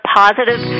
positive